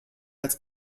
als